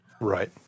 Right